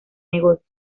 negocios